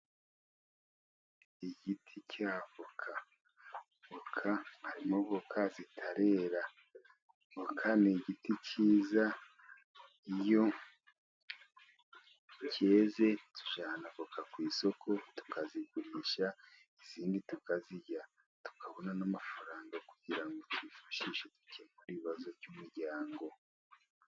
Igiti cy'avoka, avoka harimo avoka zitarera avoka ni igiti cyiza, iyo cyeze tujyana avoka ku isoko tukazigurisha, izindi tukazirya, tukabona n'amafaranga kugira ngo twifashishe dukemure ikibazo cy'umuryango.